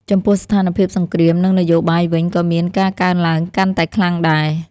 ចំពោះស្ថានភាពសង្គ្រាម និងនយោបាយវិញក៏មានការកើនឡើងកាន់តែខ្លាំងដែរ ។